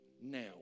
now